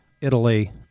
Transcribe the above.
Italy